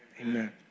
amen